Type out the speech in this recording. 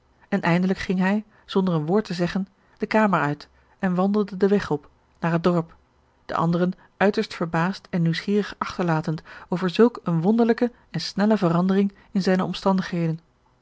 en eindelijk ging hij zonder een woord te zeggen de kamer uit en wandelde den weg op naar het dorp de anderen uiterst verbaasd en nieuwsgierig achterlatend over zulk een wonderlijke en snelle verandering in zijne omstandigheden